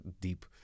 deep